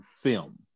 film